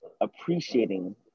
appreciating